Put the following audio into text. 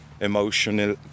emotional